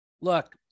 Look